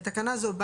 בתקנה זו,